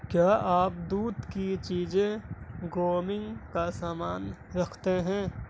کیا آپ دودھ کی چیزیں گومنگ کا سامان رکھتے ہیں